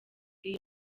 iyi